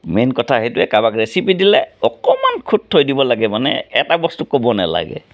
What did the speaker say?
main কথা সেইটোৱে কাৰোবাক ৰেচিপি দিলে অকণমান খুঁত থৈ দিব লাগে মানে এটা বস্তু ক'ব নালাগে